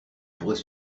pourrait